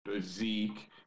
Zeke